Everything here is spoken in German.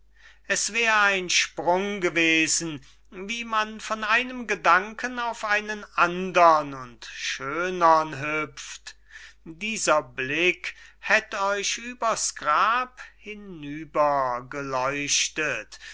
es wär ein sprung gewesen wie man von einem gedanken auf einen andern und schönern hüpft dieser blick hätt euch über's grab